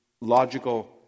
logical